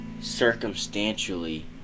circumstantially